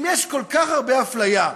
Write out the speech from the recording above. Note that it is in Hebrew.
אם יש כל כך הרבה אפליה,